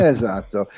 esatto